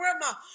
grandma